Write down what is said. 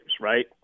right